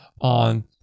on